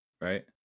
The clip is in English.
right